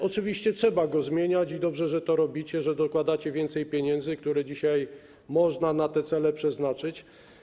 Oczywiście trzeba go zmieniać i dobrze, że to robicie, że dokładacie więcej pieniędzy, które dzisiaj można na te cele przeznaczyć.